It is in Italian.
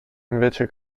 invece